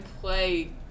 play